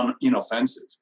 inoffensive